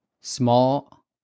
Small